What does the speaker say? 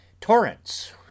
torrents